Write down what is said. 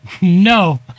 No